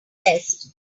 best